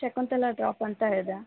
Shakuntala drop ಅಂತ ಇದೆ